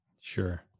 Sure